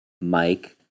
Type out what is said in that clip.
Mike